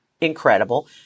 incredible